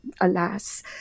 alas